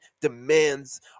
demands